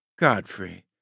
Godfrey